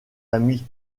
amis